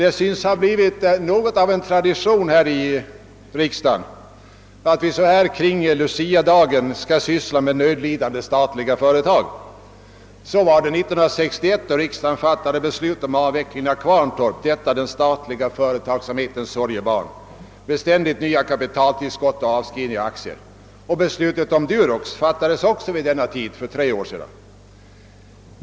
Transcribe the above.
Det synes ha blivit något av en tradition här i riksdagen att vi kring Luciadagen skall syssla med nödlidande statliga företag. Så var det 1961, då riksdagen fattade beslut om avvecklingen av Kvarntorp — detta den statliga företagsamhetens sorgebarn, med ständigt nya kapitaltillskott och avskrivning av aktier. Beslutet om Durox fattades också vid denna tid för tre år sedan.